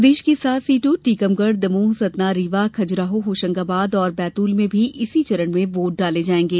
प्रदेश की सात सीटों टीकमगढ़ दमोह सतना रीवा खजुराहो होशंगाबाद और बैतूल में भी इसी चरण में वोट डाले जायेंगे